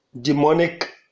demonic